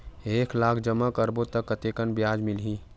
एक लाख जमा करबो त कतेकन ब्याज मिलही?